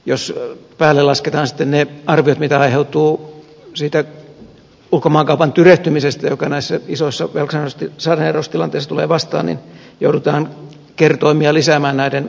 jos päälle lasketaan sitten ne arviot mitä aiheutuu siitä ulkomaankaupan tyrehtymisestä joka näissä isoissa velkasaneeraustilanteissa tulee vastaan niin joudutaan kertoimia lisäämään näiden miljardien päälle